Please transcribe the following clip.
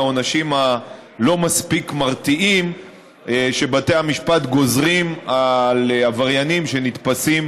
לעונשים הלא-מספיק מרתיעים שבתי המשפט גוזרים על עבריינים שנתפסים